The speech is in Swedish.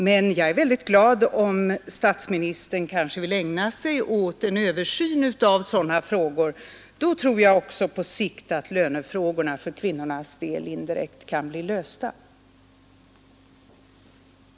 Men jag är väldigt glad om statsministern kanske ville ägna sig åt en översyn av sådana frågor. Det ger mer än fagert tal. Då tror jag också att lönefrågorna för kvinnornas del på sikt indirekt kan bli lösta.